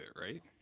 right